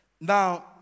Now